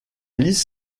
liste